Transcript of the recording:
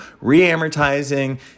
re-amortizing